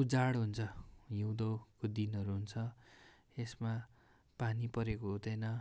उजाड हुन्छ हिउँदोको दिनहरू हुन्छ यसमा पानी परेको हुँदैन